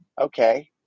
okay